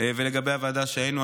לגבי הוועדה שהיינו,